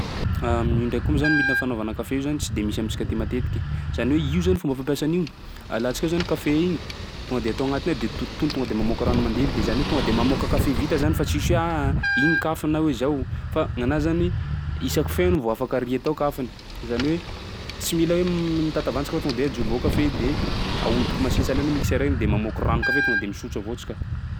Io ndraiky koa moa zany milina fanaovana kafe io zany tsy de misy amintsika aty matetiky. Zany hoe io zany fomba fampiasa an'io: alantsika zany kafe igny, tonga de atao agnatiny ao de tontontontogna de mamoaky rano mandevy de zany hoe tonga de mamoaka kafe vita zany fa tsisy hoe aaa iny kafony na hoe zao fa ny anazy zany isaky feno vao afaka aria tao kafony zany hoe tsy mila hoe m- mitatavantsika fa tonga de ajobo ao kafe de ahodiky machine sahalan'ny hoe mixeur igny de mamoaky ranon-kafe tonga de misotro avao tsika.